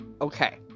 Okay